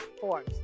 forms